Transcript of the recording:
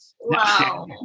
Wow